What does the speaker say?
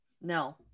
No